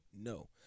No